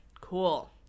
Cool